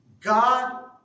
God